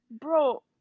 bro